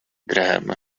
graham